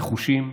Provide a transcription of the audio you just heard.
נחושים,